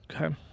Okay